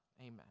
Amen